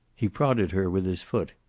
he prodded her with his foot,